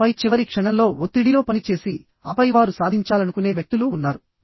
ఆపై చివరి క్షణంలో ఒత్తిడిలో పని చేసి ఆపై వారు సాధించాలనుకునే వ్యక్తులు ఉన్నారు